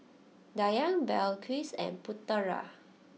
Dayang Balqis and Putera